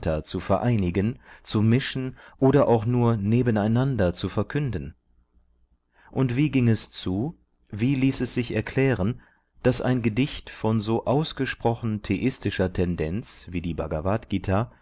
zu vereinigen zu mischen oder auch nur nebeneinander zu verkünden und wie ging es zu wie ließ es sich erklären daß ein gedicht von so ausgesprochen theistischer tendenz wie die bhagavadgt